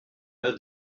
had